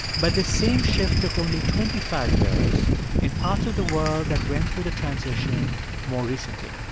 but the same shift took only twenty five years in parts of the world that went through the transition more recently.